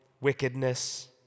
wickedness